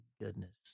goodness